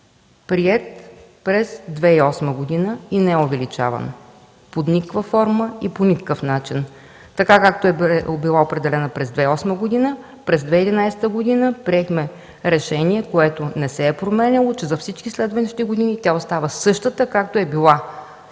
приет през 2008 г. – не е увеличаван под никаква форма и по никакъв начин. Така както е била определена през 2008 г.! През 2011 приехме решение, което не се е променяло, че за всички следващи години тя остава същата, както е била